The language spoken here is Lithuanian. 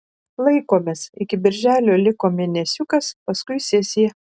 laikomės iki birželio liko mėnesiukas paskui sesija